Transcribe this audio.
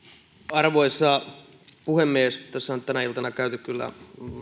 arvoisa puhemies tänä iltana on käyty kyllä